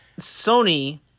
Sony